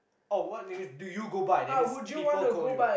oh what name is it do you go by that means people call you